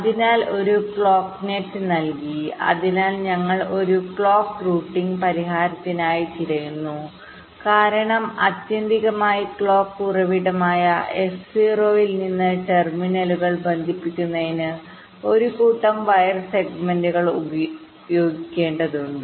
അതിനാൽ ഒരു clock net നൽകി അതിനാൽ ഞങ്ങൾ ഒരു ക്ലോക്ക് റൂട്ടിംഗ്പരിഹാരത്തിനായി തിരയുന്നു കാരണം ആത്യന്തികമായി ക്ലോക്ക് ഉറവിടമായ S0 ൽ നിന്ന് ടെർമിനലുകൾ ബന്ധിപ്പിക്കുന്നതിന് ഒരു കൂട്ടം വയർ സെഗ്മെന്റുകൾ ഉപയോഗിക്കേണ്ടതുണ്ട്